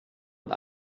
und